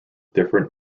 different